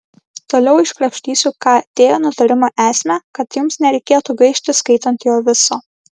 toliau iškrapštysiu kt nutarimo esmę kad jums nereikėtų gaišti skaitant jo viso